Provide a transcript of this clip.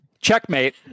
Checkmate